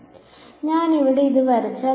അതിനാൽ ഞാൻ ഇത് ഇവിടെ വരച്ചാൽ